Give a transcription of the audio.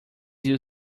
you